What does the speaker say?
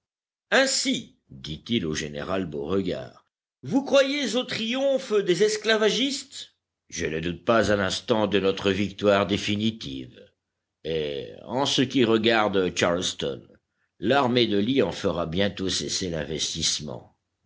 ainsi dit-il au général beauregard vous croyez au triomphe des esclavagistes je ne doute pas un instant de notre victoire définitive et en ce qui regarde charleston l'armée de lee en fera bientôt cesser l'investissement